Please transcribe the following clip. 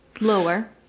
lower